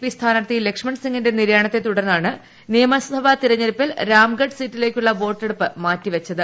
P സ്മാന്റ്ാർത്ഥി ലക്ഷ്മൺ സിങ്ങിന്റ നിര്യാണത്തെ തുടർന്നാണ് നിയമ്പ്പൂട്ടാ ് തിരഞ്ഞെടുപ്പിൽ രാംഗഡ് സീറ്റിലേയ്ക്കുള്ള വോട്ടെടുപ്പ് മാറ്റിവച്ചത്